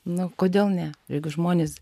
nu kodėl ne jeigu žmonės